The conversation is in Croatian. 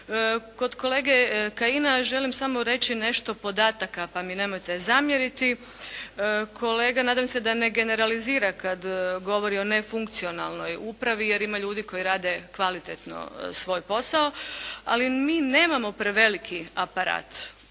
Kod kolege Kajina želim samo reći nešto podataka, pa mi nemojte zamjeriti. Kolega nadam se da ne generalizira kada govori o nefunkcionalnoj upravi jer ima ljudi koji rade kvalitetno svoj posao. Ali mi nemamo preveliki aparat.